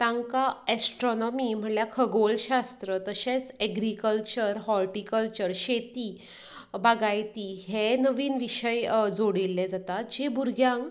तांकां एस्ट्रॉनॉमी म्हणल्यार खगोलशास्त्र तशेंच एग्रीकल्चर हॉर्टीकल्चर शेती बागायती हे नवीन विशय जोडिल्ले जातात जी भुरग्यांक